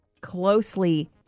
closely